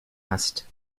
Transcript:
hast